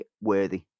worthy